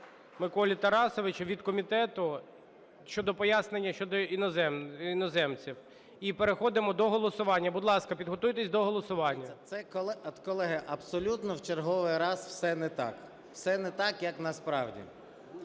Миколі Тарасовичу від комітету щодо пояснення щодо іноземців. І переходимо до голосування. Будь ласка, підготуйтесь до голосування. 17:04:49 СОЛЬСЬКИЙ М.Т. Дивіться, це, колеги, абсолютно в черговий раз все не так, все не так, як насправді.